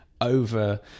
over